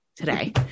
today